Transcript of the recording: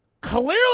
Clearly